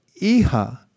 Iha